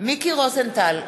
מיקי רוזנטל,